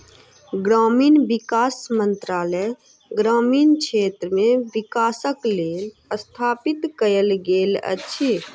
ग्रामीण विकास मंत्रालय ग्रामीण क्षेत्र मे विकासक लेल स्थापित कयल गेल अछि